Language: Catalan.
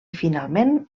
finalment